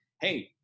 hey